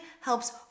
helps